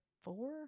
four